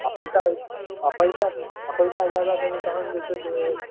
आओर पइसा अछि आओर पइसा आओर पइसा ज्यादा देबै तहन जे छै से